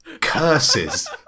Curses